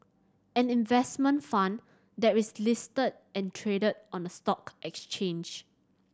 an investment fund that is listed and traded on a stock exchange